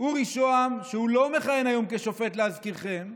אורי שהם, שהוא לא מכהן היום כשופט, להזכירכם,